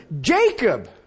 Jacob